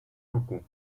roku